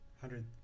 hundred